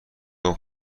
گفت